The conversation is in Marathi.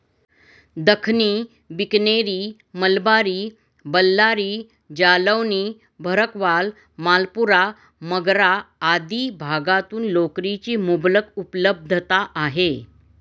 दख्खनी, बिकनेरी, मलबारी, बल्लारी, जालौनी, भरकवाल, मालपुरा, मगरा आदी भागातून लोकरीची मुबलक उपलब्धता आहे